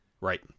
Right